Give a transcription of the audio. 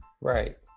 Right